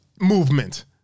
movement